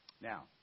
Now